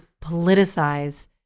politicize